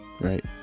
right